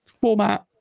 format